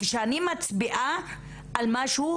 כשאני מצביעה על משהו,